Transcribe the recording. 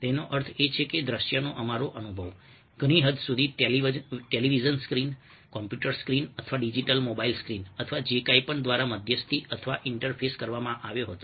તેનો અર્થ એ છે કે દ્રશ્યનો અમારો અનુભવ ઘણી હદ સુધી ટેલિવિઝન સ્ક્રીન કમ્પ્યુટર સ્ક્રીન અથવા ડિજિટલ મોબાઇલ સ્ક્રીન અથવા જે કંઈપણ દ્વારા મધ્યસ્થી અથવા ઇન્ટરફેસ કરવામાં આવ્યો હતો